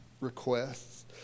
requests